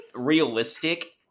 Realistic